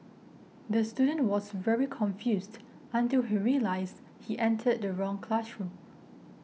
the student was very confused until he realised he entered the wrong classroom